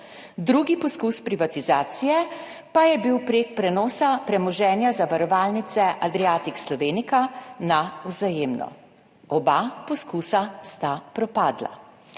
drugi poskus privatizacije pa je bil prek prenosa premoženja zavarovalnice Adriatic Slovenica na Vzajemno. Oba poskusa sta propadla.